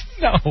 No